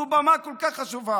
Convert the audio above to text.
זו במה כל כך חשובה,